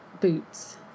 boots